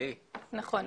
נכון.